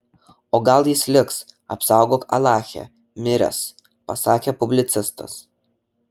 o gal jis apsaugok alache miręs pasakė publicistas